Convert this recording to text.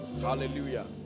hallelujah